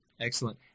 Excellent